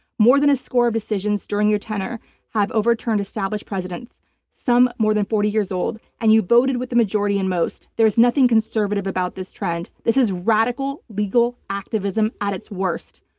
more than a score of decisions during your tenure have overturned established precedents some more than forty years old and you voted with the majority in most. there's nothing conservative about this trend. this is radical, legal activism at its worst.